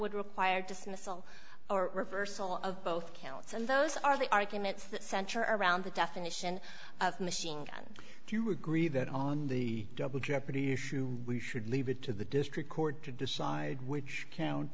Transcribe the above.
would require dismissal or reversal of both counts and those are the arguments that center around the definition of machine gun if you agree that on the double jeopardy issue we should leave it to the district court to decide which